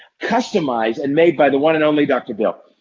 customizeed and made by the one and only dr. bill.